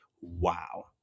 wow